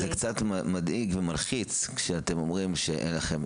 זה קצת מדאיג ומחיץ שאתם אומרים שאין לכם,